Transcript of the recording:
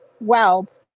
weld